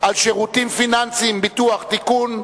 על שירותים פיננסיים (ביטוח) (תיקון,